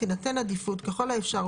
תינתן עדיפות ככל האפשר,